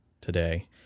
today